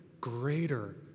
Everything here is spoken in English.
greater